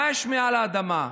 מה יש מעל האדמה?